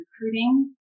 recruiting